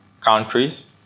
countries